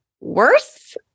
worse